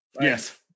Yes